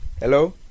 Hello